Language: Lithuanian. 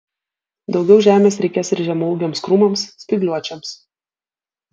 daugiau žemės reikės ir žemaūgiams krūmams spygliuočiams